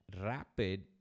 rapid